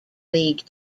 league